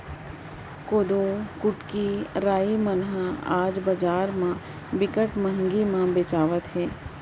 कोदो, कुटकी, राई मन ह आज बजार म बिकट महंगी म बेचावत हे